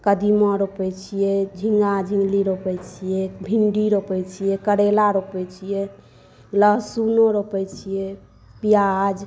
कदीमा रोपै छियै झींगा झिमनी रोपै छियै भिन्डी रोपै छियै करैला रोपै छियै लहसुनो रोपै छियै प्याज